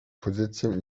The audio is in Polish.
pozycję